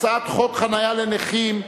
הצעת חוק חנייה לנכים,